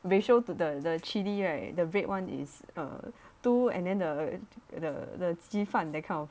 ratio to the the chili right the red one is uh two and then the the the 鸡饭 that kind of